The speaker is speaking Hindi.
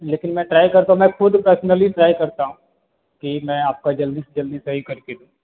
लेकिन मैं ट्राई करता हूँ मैं ख़ुद पर्सनली ट्राई करता हूँ कि मैं आपका जल्दी से जल्दी सही कर के दूँ